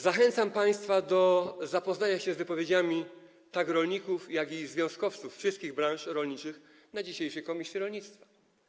Zachęcam państwa do zapoznania się z wypowiedziami rolników i związkowców wszystkich branż rolniczych na dzisiejszym posiedzeniu komisji rolnictwa.